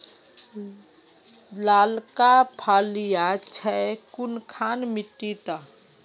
लालका फलिया छै कुनखान मिट्टी त?